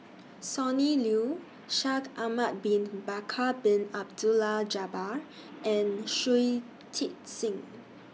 Sonny Liew Shaikh Ahmad Bin Bakar Bin Abdullah Jabbar and Shui Tit Sing